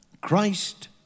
Christ